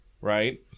right